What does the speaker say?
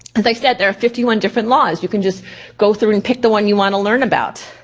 as i've said, there are fifty one different laws. you can just go through and pick the one you wanna learn about.